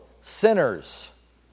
sinners